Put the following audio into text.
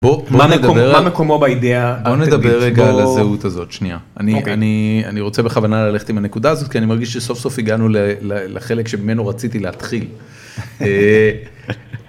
בוא נדבר רגע על הזהות הזאת שנייה. אני רוצה בכוונה ללכת עם הנקודה הזאת כי אני מרגיש שסוף סוף הגענו לחלק שבמנו רציתי להתחיל.